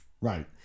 Right